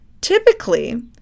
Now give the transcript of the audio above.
typically